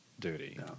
duty